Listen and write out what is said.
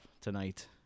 tonight